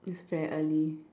it's very early